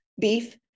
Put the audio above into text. beef